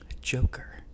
Joker